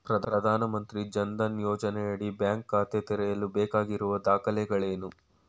ಪ್ರಧಾನಮಂತ್ರಿ ಜನ್ ಧನ್ ಯೋಜನೆಯಡಿ ಬ್ಯಾಂಕ್ ಖಾತೆ ತೆರೆಯಲು ಬೇಕಾಗಿರುವ ದಾಖಲೆಗಳೇನು?